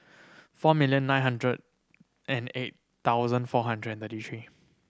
four million nine hundred and eight thousand four hundred and thirty three